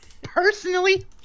Personally